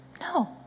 No